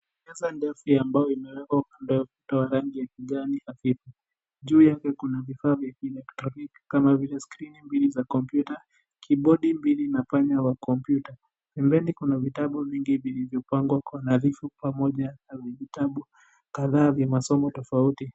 Meza ndefu ya mbao imewekwa kando ya ukuta wa rangi ya kijani hafifu. Juu yake kuna vifaa vya kielektroniki kama vile skrini mbili zaa kompyuta kibodi mbili na panya wa komputa . Pembeni kuna vitabu vingi vilivyopangwa kwa nadhifu pamoja na vitabu kadhaa vya masomo tofauti.